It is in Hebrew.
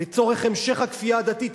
לצורך המשך הכפייה הדתית,